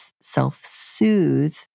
self-soothe